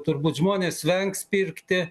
turbūt žmonės vengs pirkti